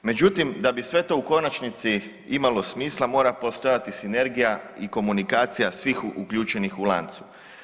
Međutim, da bi sve to u konačnici imalo smisla mora postojati sinergija i komunikacija svih uključenih u lancu.